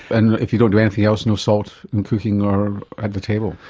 and if you don't do anything else, no salt in cooking or at the table.